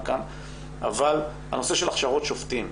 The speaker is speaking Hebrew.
לכאן אבל יש את הנושא של הכשרות שופטים.